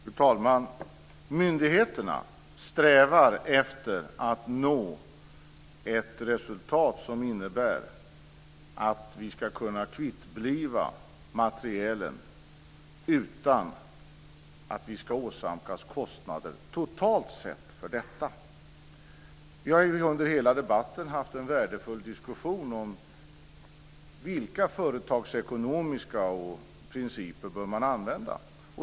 Fru talman! Myndigheterna strävar efter att nå ett resultat som innebär att vi ska kunna kvittbliva materielen utan att vi ska åsamkas kostnader totalt sett för detta. Vi har under hela debatten haft en värdefull diskussion om vilka företagsekonomiska principer man bör använda.